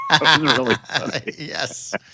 Yes